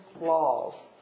laws